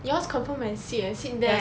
yours confirm can sit sit there like